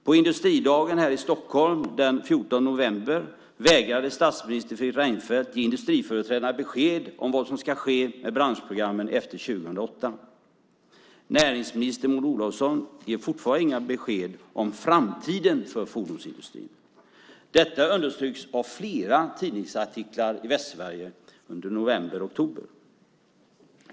På industridagen här i Stockholm den 14 november vägrade statsminister Fredrik Reinfeldt att ge industriföreträdarena besked om vad som ska ske med branschprogrammen efter 2008. Näringsminister Maud Olofsson ger fortfarande inga besked om framtiden för fordonsindustrin. Detta understryks av flera tidningsartiklar i Västsverige under oktober-november.